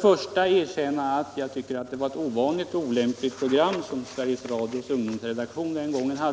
först och främst erkänna att det var ett ovanligt olämpligt program från Sveriges Radios ungdomsredaktion.